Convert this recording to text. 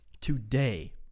today